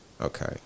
okay